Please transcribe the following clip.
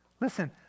Listen